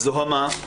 הזוהמה.